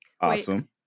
Awesome